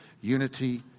unity